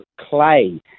clay